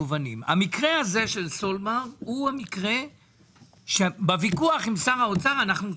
המקרה הזה של סולבר הוא המקרה שבוויכוח עם שר האוצר אנחנו צודקים.